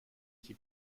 qui